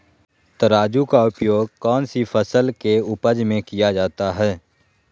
तराजू का उपयोग कौन सी फसल के उपज में किया जाता है?